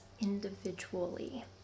individually